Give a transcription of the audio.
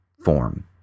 form